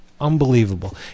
unbelievable